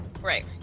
Right